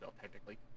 technically